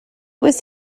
was